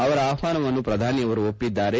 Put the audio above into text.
ಅವರ ಆಹ್ವಾನವನ್ನು ಪ್ರಧಾನಿಯವರು ಒಪ್ಪಿದ್ದಾರೆ